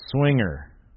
Swinger